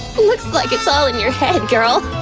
looks like it's all in your head, girl.